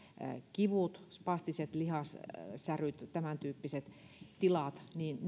kipunsa spastiset lihassärkynsä tämäntyyppiset tilat